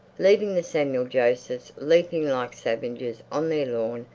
leaving the samuel josephs leaping like savages on their lawn.